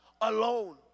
alone